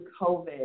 COVID